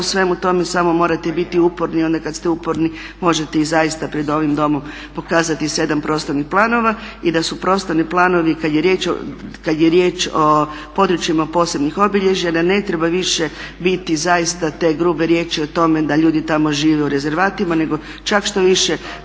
svemu tome samo morate biti uporni, a onda kada ste uporni možete zaista pred ovim Domom pokazati sedam prostornih planova. I da su prostorni planovi kada je riječ o područjima posebnih obilježja da ne treba više biti zaista te grube riječi o tome da ljudi tamo žive u rezervatima nego čak štoviše